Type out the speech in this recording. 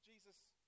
Jesus